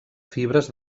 fibres